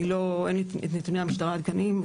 אין לי את נתוני המשטרה העדכניים,